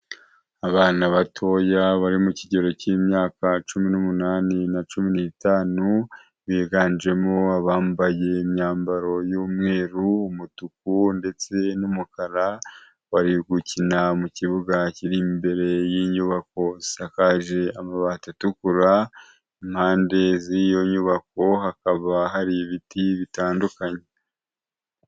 Abana batoya bari mu kigero cy'imyaka cumi n'umunani na cumi ni'itanu biganjemo abambaye imyambaro y'umweru, umutuku ndetse n'umukara bari gukina mu kibuga kiri imbere y'inyubako isakaje amabati atukura, impande z'iyo nyubako hakaba hari ibiti bitandukanye.